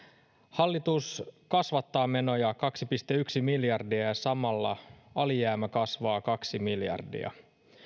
hallitus kasvattaa menoja kaksi pilkku yksi miljardia ja samalla alijäämä kasvaa kaksi miljardia